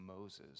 Moses